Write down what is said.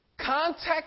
Context